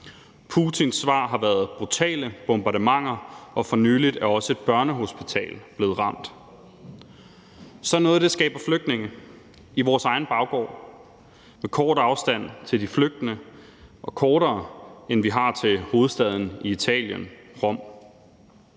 Putins svar har været brutale bombardementer, og for nylig er også et børnehospital blevet ramt. Sådan noget skaber flygtninge i vores egen baggård med kort afstand til de flygtende – og kortere, end vi har til hovedstaden i Italien, Rom.